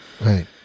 Right